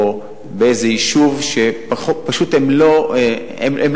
או באיזה יישוב שהוא פשוט לא במרכז,